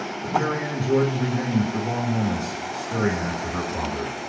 but marianne jordan remained for long moments, staring after her father.